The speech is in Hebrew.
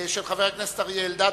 של חבר הכנסת אריה אלדד.